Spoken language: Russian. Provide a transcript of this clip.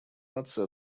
наций